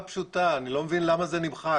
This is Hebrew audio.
אני לא מבין למה זה נמחק.